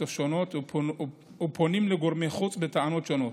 שונות ופונים לגורמי חוץ בטענות שונות.